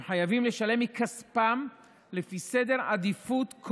הם חייבים לשלם מכספם לפי סדר עדיפויות,